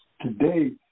Today